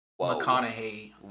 McConaughey